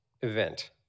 event